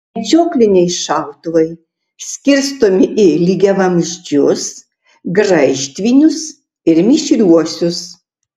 medžiokliniai šautuvai skirstomi į lygiavamzdžius graižtvinius ir mišriuosius